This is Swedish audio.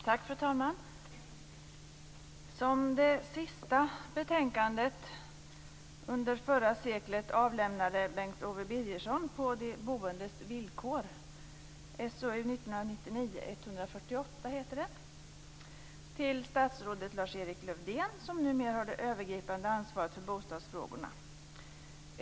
Fru talman! Som det sista betänkandet under det förra seklet lämnade Bengt Owe Birgersson På de boendes villkor till statsrådet Lars Erik Lövdén, som numera har det övergripande ansvaret för bostadsfrågorna.